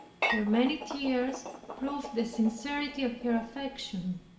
her many tears proved the sincerity of her affection.